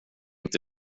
inte